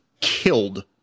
killed